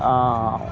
ఆ